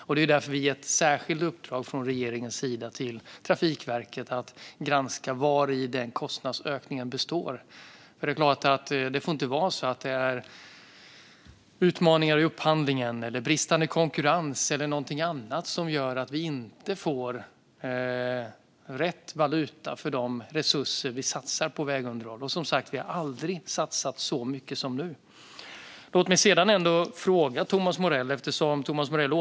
Det är därför regeringen har gett ett särskilt uppdrag till Trafikverket att granska vari den kostnadsökningen består. Det får inte vara utmaningar i upphandlingen, bristande konkurrens eller något annat som gör att vi inte får rätt valuta för de resurser vi satsar på vägunderhåll. Och vi har aldrig satsat så mycket som nu. Låt mig ändå ställa en fråga till Thomas Morell.